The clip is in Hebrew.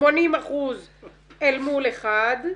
80% אל מול אחד,